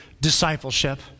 discipleship